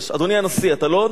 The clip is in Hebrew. אתה לא נציג של עצמך,